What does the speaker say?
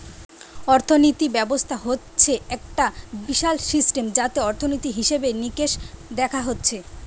অর্থিনীতি ব্যবস্থা হচ্ছে একটা বিশাল সিস্টেম যাতে অর্থনীতি, হিসেবে নিকেশ দেখা হচ্ছে